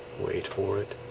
wait for it